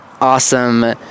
awesome